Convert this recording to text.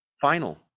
final